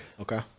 Okay